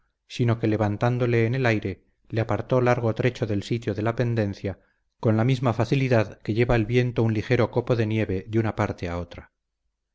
sino que levantándole en el aire le apartó largo trecho del sitio de la pendencia con la misma facilidad que lleva el viento un ligero copo de nieve de una parte a otra